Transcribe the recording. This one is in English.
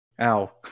Ow